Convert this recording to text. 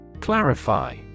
Clarify